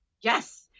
Yes